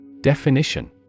Definition